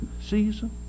season